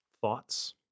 Thoughts